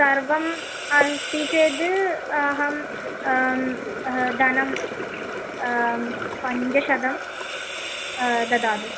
सर्वम् अस्ति चेद् अहं धनं पञ्चशतं ददामि